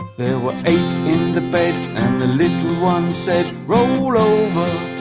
there were eight in the bed and the little one said roll over,